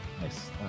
nice